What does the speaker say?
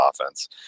offense